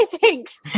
Thanks